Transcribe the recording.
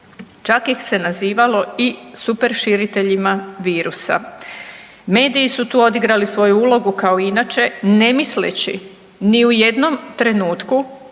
čak ih se nazivalo i superširiteljima virusa. Mediji su tu odigrali svoju ulogu kao inače, ne misleći ni u jednom trenutku